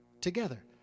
together